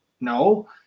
No